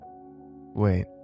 Wait